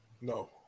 No